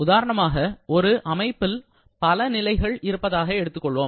உதாரணமாக ஒரு அமைப்பது பல நிலைகள் இருப்பதாக எடுத்துக்கொள்வோம்